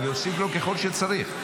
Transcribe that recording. אני אוסיף לו ככל שצריך.